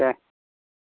दे